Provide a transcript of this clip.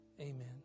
Amen